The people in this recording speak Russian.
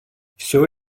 все